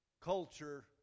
culture